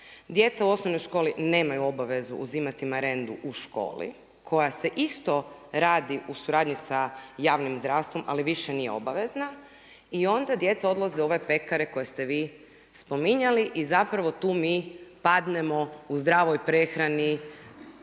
Djeca u osnovnoj školi nemaju obavezu uzimati marendu u školi koja se isto radi u suradnji sa javnim zdravstvom ali više nije obavezna i onda djeca odlaze u ove pekare koje ste vi spominjali i zapravo tu mi padnemo u zdravoj prehrani